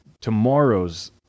Tomorrow's